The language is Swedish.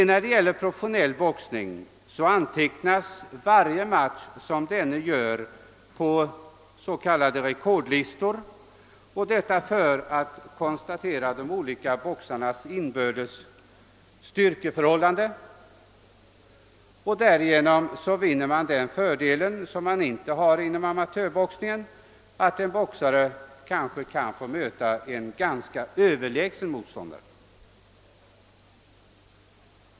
När det gäller professionell boxning antecknas varje match som en boxare gör på s.k. rekordlistor. Detta sker i syfte att konstatera de olika boxarnas inbördes styrkeförhållanden. Därigenom vinner man den fördelen, vilken man inte har inom amatörboxningen, att en boxare inte behöver möta en alltför överlägsen motståndare.